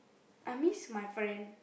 I miss my friend